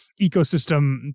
ecosystem